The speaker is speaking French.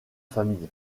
famille